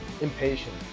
impatient